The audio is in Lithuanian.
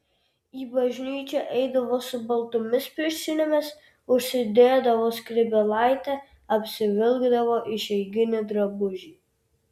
į bažnyčią eidavo su baltomis pirštinėmis užsidėdavo skrybėlaitę apsivilkdavo išeiginį drabužį